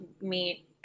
meet